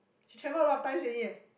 she travel a lot of times already eh